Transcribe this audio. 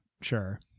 Sure